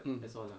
mm